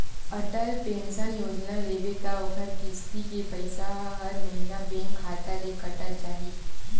Atal pension योजना लेबे त ओखर किस्ती के पइसा ह हर महिना बेंक खाता ले कटत जाही